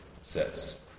says